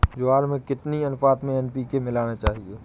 ज्वार में कितनी अनुपात में एन.पी.के मिलाना चाहिए?